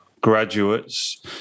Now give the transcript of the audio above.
graduates